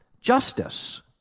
justice